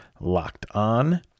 LOCKEDON